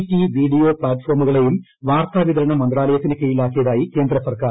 T video പ്താറ്റ്ഫോമുകളെയും വാർത്താ വിതരണ മന്ത്രാലയത്തിന് കീഴിലാക്കിയതായി കേന്ദ്ര സർക്കാർ